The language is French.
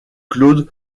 claude